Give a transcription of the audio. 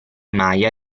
maya